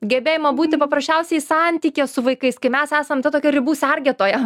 gebėjimo būti paprasčiausiai santykyje su vaikais kai mes esam ta tokia ribų sergėtoja